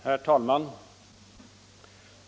Herr talman!